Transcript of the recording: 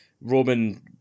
Roman